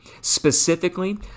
Specifically